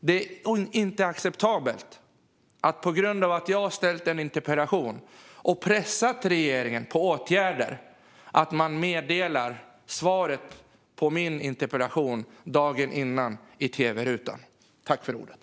Det är inte acceptabelt att, på grund av att jag har ställt en interpellation och pressat regeringen på åtgärder, meddela svaret på min interpellation dagen före i tv-rutan.